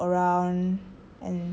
and like walk around